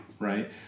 right